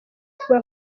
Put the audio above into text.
kuba